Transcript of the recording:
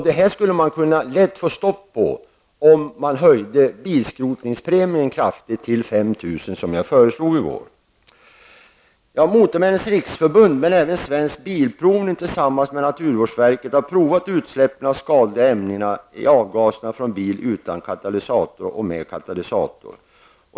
Det här skulle vi lätt få stopp på om man höjde bilskrotningspremien kraftigt till 5 000 kr., som jag föreslog i går. Bilprovning tillsammans med naturvårdsverket har provat utsläppen av skadliga ämnen i avgaserna från bilar utan katalysator och från bilar med katalysator.